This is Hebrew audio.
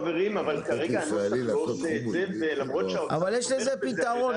אבל יש לזה פתרון,